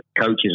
coaches